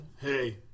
Hey